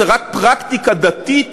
זאת רק פרקטיקה דתית,